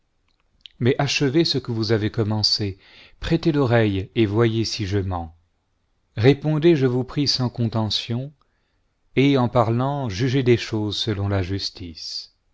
mais achevez ce que vous avez commencé prêtez l'oreille et voyez si je mens répondez je vous prie sans conteution et en parlant jugez des choses selon la justice